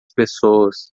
pessoas